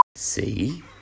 See